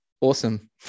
awesome